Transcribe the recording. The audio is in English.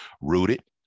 Rooted